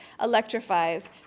electrifies